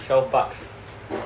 twelve bucks